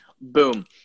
boom